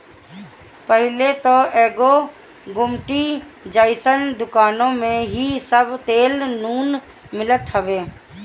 पहिले त एगो गुमटी जइसन दुकानी में ही सब तेल नून मिलत रहे